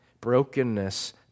Brokenness